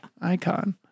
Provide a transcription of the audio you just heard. icon